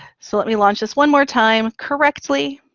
so let me launch this one more time correctly.